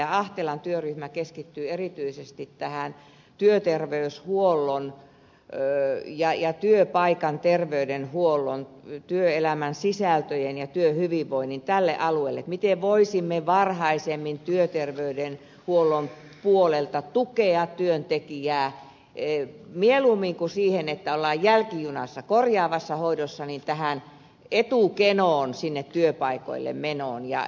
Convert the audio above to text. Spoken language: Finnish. ahtelan työryhmä keskittyy erityisesti työterveyshuollon ja työpaikan terveydenhuollon työelämän sisältöjen ja työhyvinvoinnin alueille siihen miten voisimme varhaisemmin työterveyshuollon puolella tukea työntekijää mieluummin kuin siten että ollaan jälkijunassa korjaavassa hoidossa etukenoon sinne työpaikoille menoon